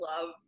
love